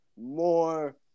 more